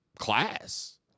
class